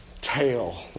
tail